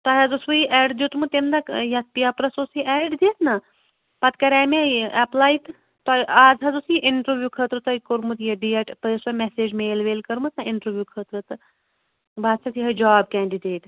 تۄہہِ حظ اوسوٕ یہِ ایٚڈ دیُتمُت تمہِ دۄہ یَتھ پیپرَس اوس یہِ ایٚڈ دِتھ نا پَتہٕ کَرے مےٚ یہِ ایٚپلاے تہٕ تۄہہِ اَز حظ اوس یہِ اِنٹروِو خٲطرٕ تۄہہِ کوٚرمُت یہِ ڈیٹ تۄہہِ اوسوٕ میسیج میل ویل کٔرمٕژ نا اِنٹروِو خٲطرٕ تہٕ بہٕ حظ چھَس یِہوے جاب کینٛڈِڈیٹ